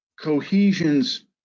cohesions